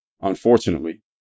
Unfortunately